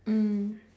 mm